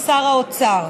בסיכום עם שר האוצר.